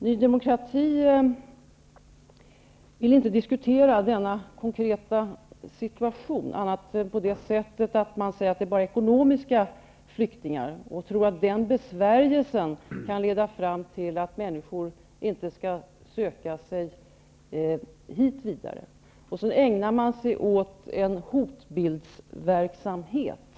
Ny demokrati vill inte diskutera denna konkreta situation på annat sätt än att säga att de är ekonomiska flyktingar, och Ny demokrati tror att den besvärjelsen kan leda fram till att människor inte skall söka sig hit i fortsättningen. Man ägnar sig också åt en hotbildsverksamhet.